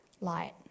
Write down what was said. light